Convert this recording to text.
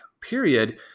period